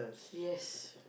she yes